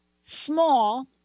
small